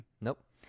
Nope